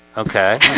okay?